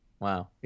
Wow